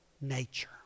nature